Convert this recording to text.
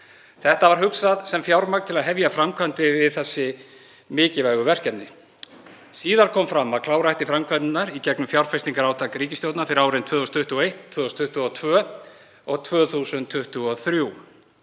Þetta var hugsað sem fjármagn til að hefja framkvæmdir við þessi mikilvægu verkefni. Síðar kom fram að klára ætti framkvæmdirnar í gegnum fjárfestingarátak ríkisstjórnar fyrir árin 2021, 2022 og 2023